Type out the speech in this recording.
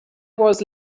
was